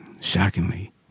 shockingly